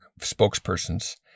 spokespersons